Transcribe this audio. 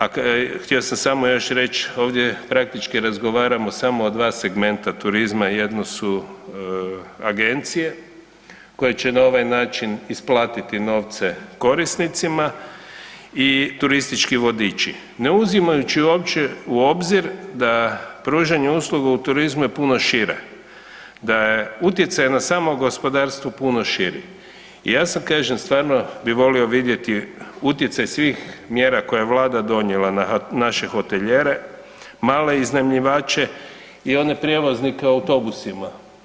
A htio sam samo još reć ovdje praktički razgovaramo samo o dva segmenta turizma, jedno su agencije koje će na ovaj način isplatiti novce korisnicima i turistički vodiči, ne uzimajući uopće u obzir da pružanje usluga u turizmu je puno šire, da je utjecaj na samo gospodarstvo puno širi i ja sad kažem stvarno bi volio vidjeti utjecaj svih mjera koje je vlada donijela na naše hotelijere, male iznajmljivače i one prijevoznike autobusima.